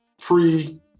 pre